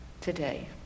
today